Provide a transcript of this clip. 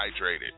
hydrated